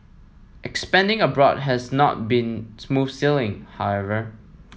expanding abroad has not been smooth sailing however